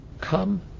come